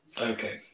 Okay